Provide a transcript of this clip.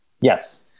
Yes